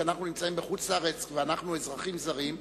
כשאנחנו נמצאים בחוץ-לארץ ואנחנו אזרחים זרים,